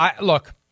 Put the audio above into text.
Look